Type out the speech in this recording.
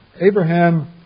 Abraham